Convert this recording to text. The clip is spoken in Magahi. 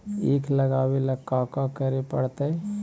ईख लगावे ला का का करे पड़तैई?